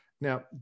Now